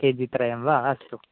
kg त्रयं वा अस्तु